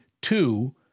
two